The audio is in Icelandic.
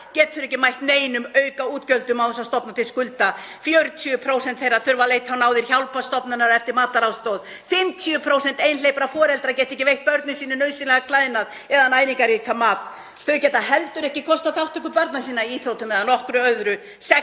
geta ekki mætt neinum aukaútgjöldum án þess að stofna til skulda. 40% þeirra þurfa að leita á náðir hjálparstofnana eftir mataraðstoð. 50% einhleypra foreldra geta ekki veitt börnum sínum nauðsynlegar klæðnað eða næringarríkan mat. Þau geta heldur ekki kostað þátttöku barna sinna í íþróttum eða nokkru öðru.